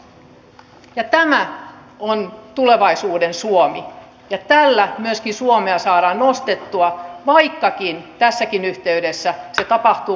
tämä on tulevaisuuden suomi ja tällä myöskin suomea saadaan nostettua vaikkakin tässäkin yhteydessä se tapahtuu vaikeuksien kautta